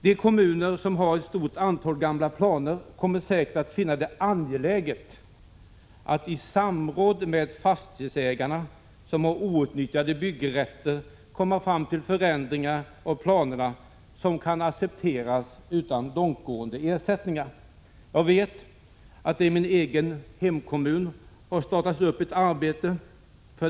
De kommuner som har ett stort antal gamla planer kommer säkert att finna det angeläget att i samråd med de fastighetsägare som har outnyttjade byggrätter komma fram till förändringar av planerna som kan accepteras utan långtgående ersättningar. Jag vet att man i min egen hemkommun har startat ett sådant arbete.